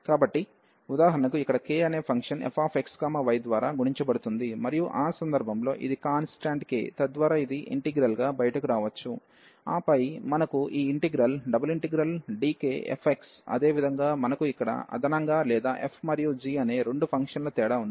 కాబట్టి ఉదాహరణకు ఇక్కడ k అనే ఫంక్షన్ fxyద్వారా గుణించబడుతుంది మరియు ఆ సందర్భంలో ఇది కాన్స్టాంట్ k తద్వారా ఇది ఇంటిగ్రల్ గా బయటకు రావచ్చు ఆపై మనకు ఈ ఇంటిగ్రల్ ∬Dk fx అదేవిధంగా మనకు ఇక్కడ అదనంగా లేదా f మరియు gఅనే రెండు ఫంక్షన్ల తేడా ఉంది